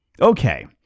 Okay